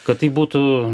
kad tai būtų